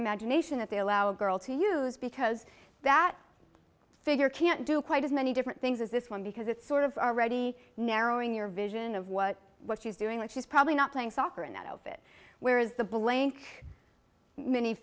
imagination that they allow a girl to use because that figure can't do quite as many different things as this one because it's sort of already narrowing your vision of what what she's doing and she's probably not playing soccer in that outfit whereas the blank m